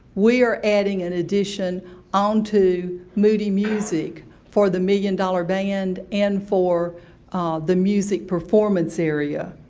we are adding an addition on to moody music for the million dollar band, and for the music performance area.